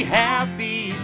happy